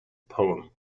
poem